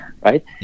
right